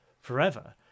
forever